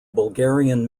bulgarian